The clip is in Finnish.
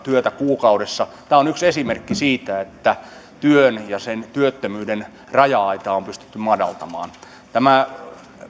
työtä kuukaudessa tämä on yksi esimerkki siitä että työn ja työttömyyden raja aitaa on pystytty madaltamaan tämä